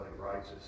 righteous